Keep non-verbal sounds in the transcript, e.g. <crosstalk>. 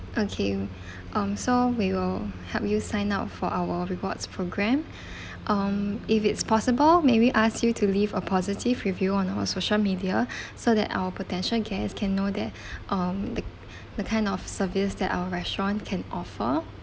okay <breath> um so we will help you sign up for our rewards program me <breath> um if it's possible maybe ask you to leave a positive review on our social media <breath> so that our potential guest can know that <breath> um the the kind of service that our restaurant can offer